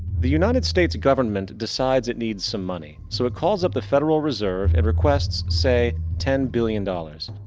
the united states government decides it needs some money. so it calls up the federal reserve and requests, say, ten billion dollars.